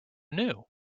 knew